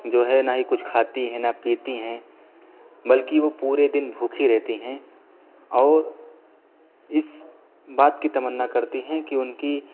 جو ہے نہ ہی کچھ کھاتی ہیں نہ پیتی ہیں بلکہ وہ پورے دن بھوکھی رہتی ہیں اور اس بات کی تمنّا کرتی ہیں کہ ان کی